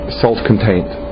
self-contained